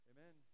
Amen